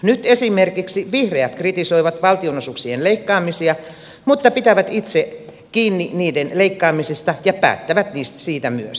nyt esimerkiksi vihreät kritisoivat valtionosuuksien leikkaamisia mutta pitävät itse kiinni niiden leikkaamisesta ja päättävät siitä myös